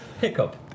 hiccup